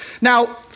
Now